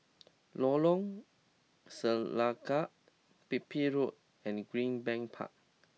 Lorong Selangat Pipit Road and Greenbank Park